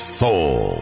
soul